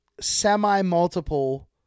semi-multiple